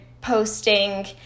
posting